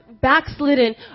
backslidden